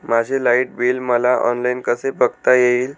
माझे light bill मला online कसे बघता येईल?